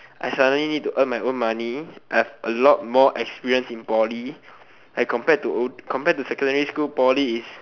I suddenly need to earn my own money I have a lot of more experience in poly like like compared to secondary school poly is